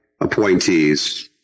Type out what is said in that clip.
appointees